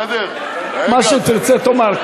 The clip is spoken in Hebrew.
מה שתרצה תאמר.